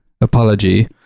apology